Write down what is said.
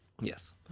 yes